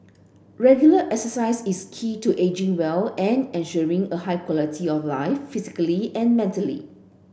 regular exercise is key to ageing well and ensuring a high quality of life physically and mentally